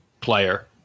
player